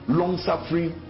long-suffering